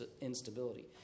instability